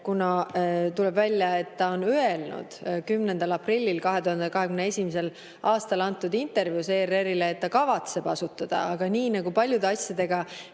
kuna tuleb välja, et ta ütles 10. aprillil 2021 antud intervjuus ERR‑ile, et ta kavatseb selle asutada, aga nii nagu paljude asjadega